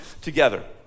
together